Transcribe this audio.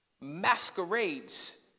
masquerades